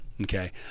okay